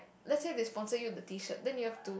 let say they sponsor you the t-shirt then you have to